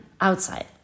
outside